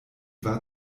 war